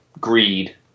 greed